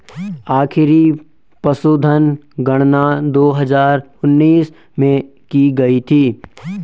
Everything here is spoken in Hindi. आखिरी पशुधन गणना दो हजार उन्नीस में की गयी थी